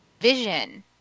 vision